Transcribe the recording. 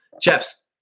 chaps